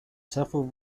several